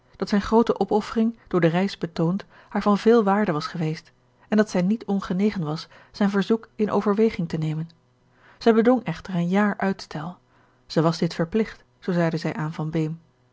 dat zijne groote opoffering door de reis betoond haar van veel waarde was geweest en dat zij niet ongenegen was zijn verzoek in ovenveging te nemen zij bedong echter een jaar uitstel zij was dit verpligt zoo zeide zij aan